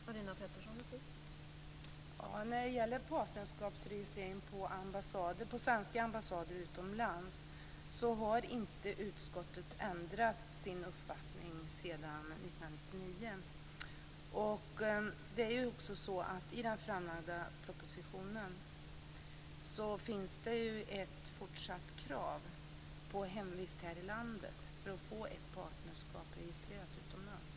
Fru talman! När det gäller partnerskapsregistrering på svenska ambassader utomlands har inte utskottet ändrat sin uppfattning sedan 1999. I den framlagda propositionen finns ett fortsatt krav på hemvist här i landet för att få ett partnerskap registrerat utomlands.